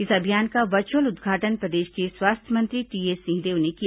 इस अभियान का वर्चुअल उद्घाटन प्रदेश के स्वास्थ्य मंत्री टीएस सिंहदेव ने किया